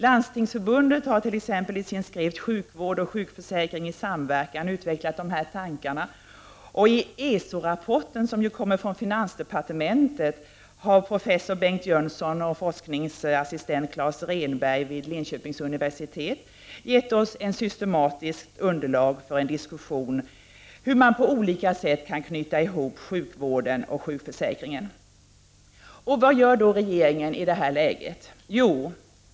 Landstingsförbundet har t.ex. i sin skrift ”Sjukvård och sjukförsäkring i samverkan” utvecklat dessa tankar, och i ESO-rapporten från finansdepartementet har professor Bengt Jönsson och forskningsassistent Clas Rehnberg vid Linköpings universitet givit oss ett systematiskt underlag för en diskussion om hur man på olika sätt kan knyta ihop sjukvården och sjukförsäkringen. Vad gör då regeringen i detta läge?